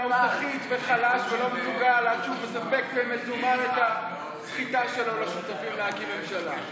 סחיט וחלש ולא מסוגל לספק במזומן את הסחיטה שלו לשותפים להקים ממשלה?